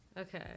Okay